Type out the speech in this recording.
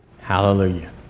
Hallelujah